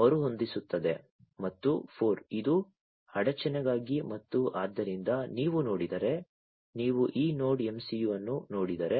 ಮರುಹೊಂದಿಸುತ್ತದೆ ಮತ್ತು 4 ಇದು ಅಡಚಣೆಗಾಗಿ ಮತ್ತು ಆದ್ದರಿಂದ ನೀವು ನೋಡಿದರೆ ನೀವು ಈ ನೋಡ್MCU ಅನ್ನು ನೋಡಿದರೆ